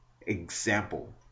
example